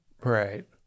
right